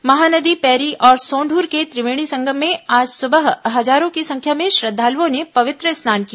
महानदी पैरी और सोंदूर के त्रिवेणी संगम में आज सुबह हजारों की संख्या में श्रद्दालुओं ने पवित्र स्नान किया